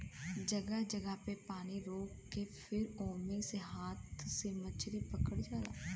जगह जगह पे पानी रोक के फिर ओमे से हाथ से मछरी पकड़ल जाला